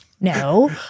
No